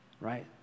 right